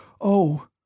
Oh